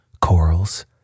Corals